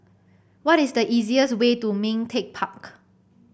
what is the easiest way to Ming Teck Park